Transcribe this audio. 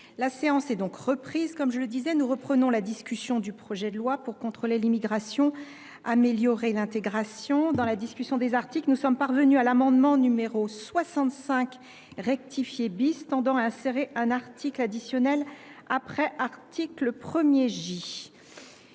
et figureront dans l’analyse politique du scrutin. Nous reprenons la discussion du projet de loi pour contrôler l’immigration, améliorer l’intégration. Dans la discussion des articles, nous sommes parvenus à l’amendement n° 65 rectifié tendant à insérer un article additionnel après l’article 1 J.